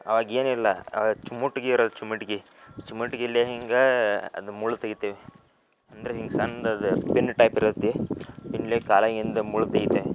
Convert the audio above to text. ಆವಾಗ ಏನಿಲ್ಲ ಚಿಮುಟ್ಗೀರ ಚಿಮಟ್ಗಿ ಚಿಮುಟ್ಗಿಲೆ ಹಿಂಗೆ ಅದು ಮುಳ್ಳು ತೆಗಿತೇವೆ ಅಂದ್ರೆ ಹಿಂಗೆ ಸಣ್ದದ್ ಪಿನ್ ಟೈಪ್ ಇರತ್ತೆ ಪಿನ್ಲಿ ಕಾಲಾಗಿಂದು ಮುಳ್ಳು ತೆಗಿತೇವೆ